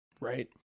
right